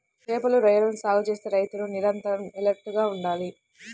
చేపలు, రొయ్యలని సాగు చేసే రైతులు నిరంతరం ఎలర్ట్ గా ఉండాలి